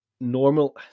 normal